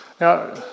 Now